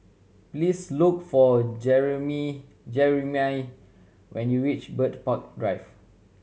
please look for Jerimy when you reach Bird Park Drive